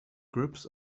groups